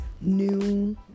noon